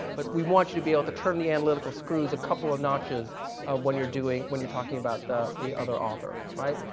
but we want you to be able to term the analytical screws a couple of notches of when you're doing when you're talking about the the other author, right?